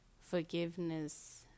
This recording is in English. forgiveness